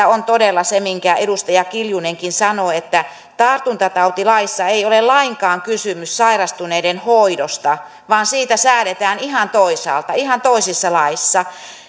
on todella se minkä edustaja kiljunenkin sanoi että tartuntatautilaissa ei ole lainkaan kysymys sairastuneiden hoidosta vaan siitä säädetään ihan toisaalla ihan toisissa laeissa